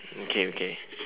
okay okay